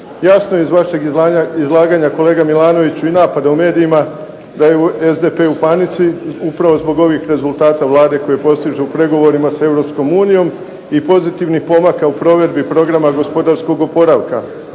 Jasno je iz vašeg izlaganja kolega Milanoviću i napada u medijima da je SDP u panici upravo zbog ovih rezultata Vlade koje postižu pregovorima s Europskom unijom i pozitivnih pomaka u provedbu Programa gospodarskog oporavka.